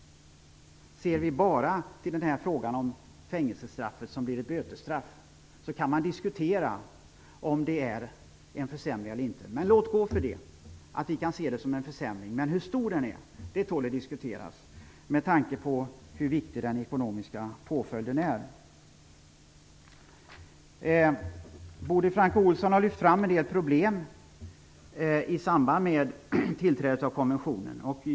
Ser vi bara till frågan om fängelsestraffet som blir ett bötesstraff kan man diskutera om det är en försämring eller inte. Men låt gå för att vi kan se det som en försämring. Hur stor den är tål dock att diskuteras med tanke på hur viktig den ekonomiska påföljden är. Bodil Francke Ohlsson har lyft fram en del problem i samband med tillträdet av konventionen.